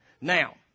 Now